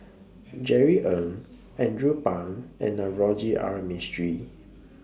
Jerry Ng Andrew Phang and Navroji R Mistri